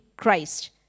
Christ